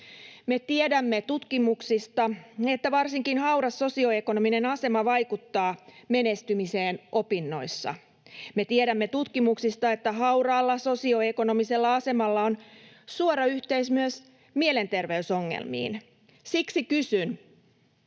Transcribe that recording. Me tiedämme tutkimuksista, että varsinkin hauras sosioekonominen asema vaikuttaa menestymiseen opinnoissa. Me tiedämme tutkimuksista, että hauraalla sosioekonomisella asemalla on suora yhteys myös mielenterveysongelmiin. Siksi kysyn: